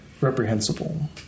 reprehensible